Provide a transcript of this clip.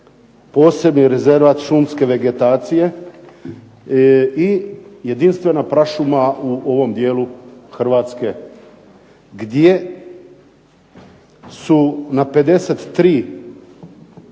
posebni rezervat šumske vegetacije i jedinstvena prašuma u ovom dijelu Hrvatske gdje su na 53 hektara